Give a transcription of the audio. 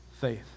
faith